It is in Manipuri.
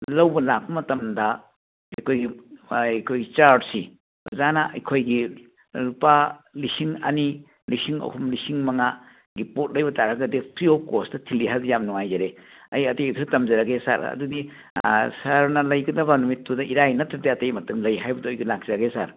ꯂꯧꯕ ꯂꯥꯛꯄ ꯃꯇꯝꯗ ꯑꯩꯈꯣꯏꯒꯤ ꯑꯩꯈꯣꯏ ꯆꯥꯔ꯭ꯖꯁꯤ ꯑꯣꯖꯥꯅ ꯑꯩꯈꯣꯏꯒꯤ ꯂꯨꯄꯥ ꯂꯤꯁꯤꯡ ꯑꯅꯤ ꯂꯤꯁꯤꯡ ꯑꯍꯨꯝ ꯂꯤꯁꯤꯡ ꯃꯉꯥꯒꯤ ꯄꯣꯠ ꯂꯩꯕ ꯇꯥꯔꯒꯗꯤ ꯐ꯭ꯔꯤ ꯑꯣꯐ ꯀꯣꯁꯇ ꯊꯤꯜꯂꯤ ꯍꯥꯏꯕꯁꯤ ꯌꯥꯝ ꯅꯨꯡꯉꯥꯏꯖꯔꯦ ꯑꯩ ꯑꯇꯩꯗꯁꯨ ꯇꯝꯖꯔꯒꯦ ꯁꯥꯔ ꯑꯗꯨꯗꯤ ꯁꯥꯔꯅ ꯂꯩꯒꯗꯕ ꯅꯨꯃꯤꯠꯇꯨꯗ ꯏꯔꯥꯏ ꯅꯠꯇ꯭ꯔꯗꯤ ꯑꯇꯩ ꯃꯇꯝ ꯂꯩ ꯍꯥꯏꯕꯗꯨ ꯑꯩ ꯂꯥꯛꯆꯒꯦ ꯁꯥꯔ